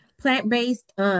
Plant-based